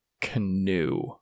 canoe